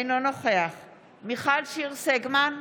אינו נוכח מיכל שיר סגמן,